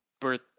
birth –